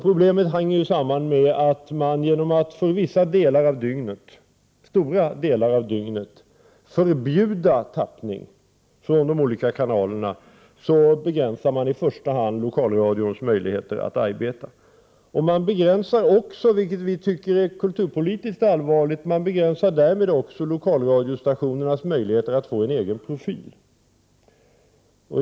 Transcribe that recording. Problemet hänger samman med att man genom att under stora delar av dygnet förbjuda tappning från de olika kanalerna begränsar i första hand lokalradions möjligheter att arbeta. Man begränsar därmed också, vilket vi anser är kulturpolitiskt allvarligt, lokalradiostationernas möjligheter att få en egen profil.